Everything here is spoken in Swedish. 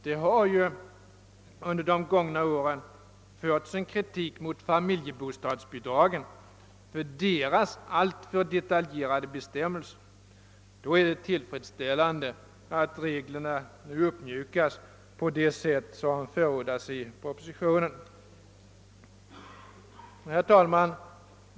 Det har under de gångna åren riktats kritik mot familjebostadsbidragen för deras alltför detaljerade bestämmelser. Därför är det tillfredsställande att reglerna nu mjukas upp på det sätt som förordas i propositionen. Herr talman!